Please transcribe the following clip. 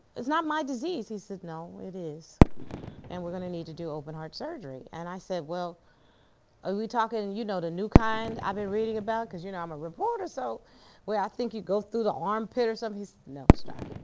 it's not my disease. he says, no, it is and we're gonna need to do open heart surgery. and i said, well are we talking and you know the new kind i've been reading about? cause you know, i'm a reporter, so i think you go through the armpit or something. he says, no star,